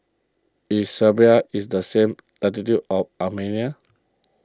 is Serbia is the same latitude as Armenia